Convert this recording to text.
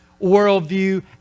worldview